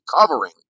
covering